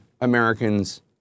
Americans